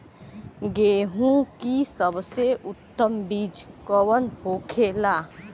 गेहूँ की सबसे उत्तम बीज कौन होखेला?